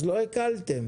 לא הקלתם